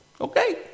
Okay